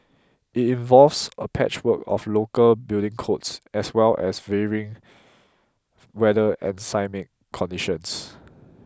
it involves a patchwork of local building codes as well as varying weather and seismic conditions